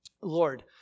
Lord